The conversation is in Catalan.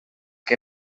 que